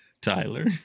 Tyler